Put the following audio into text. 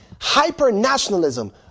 hyper-nationalism